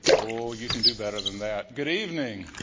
oh, you can do better than that. good evening.